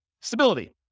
Stability